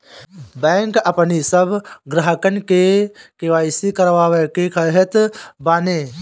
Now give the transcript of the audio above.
bank अपनी सब ग्राहकन के के.वाई.सी करवावे के कहत बाने